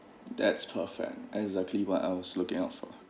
that's perfect exactly what I was looking out for